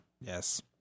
Yes